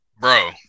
bro